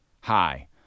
Hi